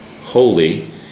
holy